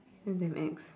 that's damn X